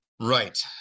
Right